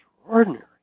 extraordinary